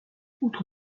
outre